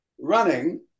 running